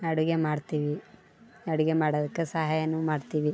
ಅಡುಗೆ ಮಾಡ್ತೀವಿ ಅಡುಗೆ ಮಾಡೋದಕ್ಕ ಸಹಾಯನು ಮಾಡ್ತೀವಿ